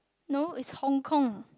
no it's Hong-Kong